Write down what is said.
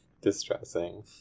distressing